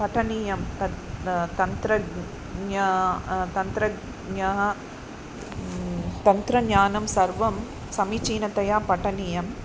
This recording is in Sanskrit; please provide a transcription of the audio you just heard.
पठनीयं तत् तन्त्रज्ञः तन्त्रज्ञः तन्त्रज्ञानं सर्वं समीचीनतया पठनीयम्